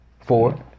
Four